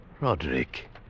Roderick